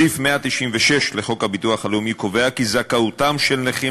סעיף 196 לחוק הביטוח הלאומי קובע כי זכאותם של נכים